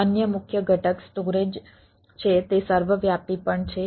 અન્ય મુખ્ય ઘટક સ્ટોરેજ છે તે સર્વવ્યાપી પણ છે